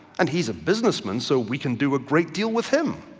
and he's a businessman so we can do a great deal with him.